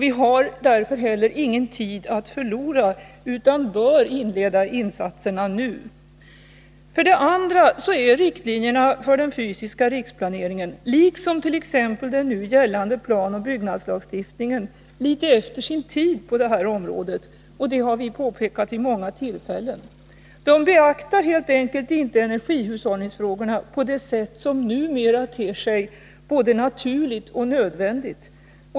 Vi har därför ingen tid att förlora, utan vi bör inleda insatserna nu. För det andra är riktlinjerna för den fysiska riksplaneringen, liksom t.ex. den nu gällande planoch byggnadslagstiftningen, litet efter sin tid på det här området. Det har vi påpekat vid många tillfällen. De beaktar helt enkelt inte energihushållningsfrågorna på det sätt som numera ter sig både naturligt och nödvändigt.